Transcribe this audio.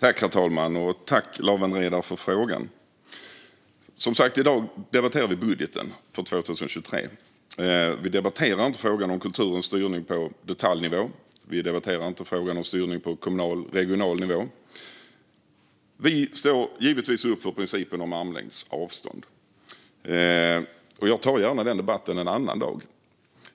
Herr talman! Tack, Lawen Redar, för frågan! I dag debatterar vi som sagt budgeten för 2023. Vi debatterar inte kulturens styrning på detaljnivå eller på kommunal och regional nivå. Vi står givetvis upp för principen om armlängds avstånd. Jag tar gärna den debatten en annan dag,